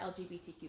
LGBTQ